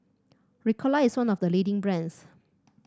Ricola is one of the leading brands